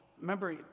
Remember